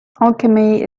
alchemy